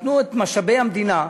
נתנו את משאבי המדינה,